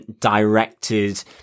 directed